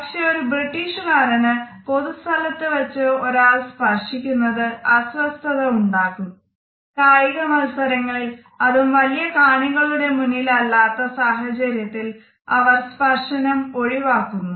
പക്ഷേ ഒരു ബ്രിട്ടിഷ്കാരന് പൊതു സ്ഥലത്ത് വെച്ച് ഒരാൾ സ്പർശിക്കുന്നത് അസ്വസ്ഥത ഉണ്ടാക്കും കായിക മത്സരങ്ങളിൽ അതും വലിയ കാണികളുടെ മുന്നിൽ അല്ലാത്ത സാഹചര്യത്തിൽ അവർ സ്പർശനം ഒഴിവാക്കുന്നു